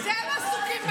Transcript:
אתם עסוקים בזה.